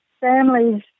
families